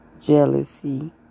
jealousy